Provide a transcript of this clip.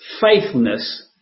faithfulness